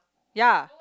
ya